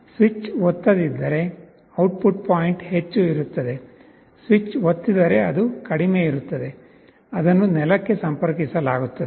switch ಒತ್ತದಿದ್ದರೆ output point ಹೆಚ್ಚು ಇರುತ್ತದೆ ಸ್ವಿಚ್ ಒತ್ತಿದರೆ ಅದು ಕಡಿಮೆ ಇರುತ್ತದೆ ಅದನ್ನು ನೆಲಕ್ಕೆ ಸಂಪರ್ಕಿಸಲಾಗುತ್ತದೆ